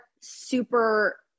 super